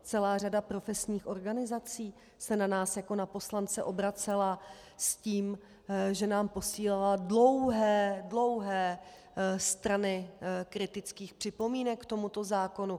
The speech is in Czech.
Celá řada profesních organizací se na nás jako na poslance obracela s tím, že nám posílala dlouhé, dlouhé strany kritických připomínek k tomuto zákonu.